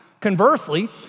Conversely